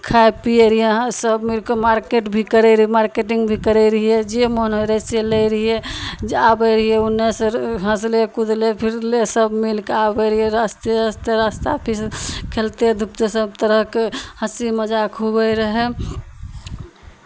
खाइ पीयै रहियै सभ मिलि कऽ मार्केट भी करै रहियै मार्केटिंग भी करैत रहियै जे मोन होइ रहै से लैत रहियै आबै रहियै ओन्नऽ सँ हँसलै कूदलै फिरलै सभ मिलि कऽ आबैत रहियै रस्ते रस्ते रास्ता खेलते धूपते सभ तरहके हँसी मजाक होवैत रहै